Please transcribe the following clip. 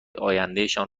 آیندهشان